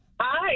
Hi